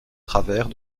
travers